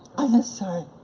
i'm ah sorry,